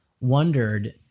wondered